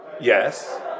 Yes